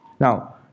Now